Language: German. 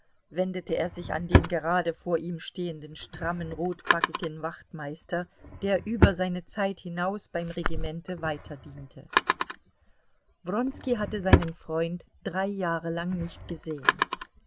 wendete er sich an den gerade vor ihm stehenden strammen rotbackigen wachtmeister der über seine zeit hinaus beim regimente weiterdiente wronski hatte seinen freund drei jahre lang nicht gesehen